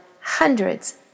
hundreds